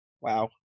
wow